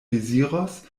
deziros